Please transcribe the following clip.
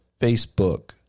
Facebook